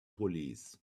police